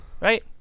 Right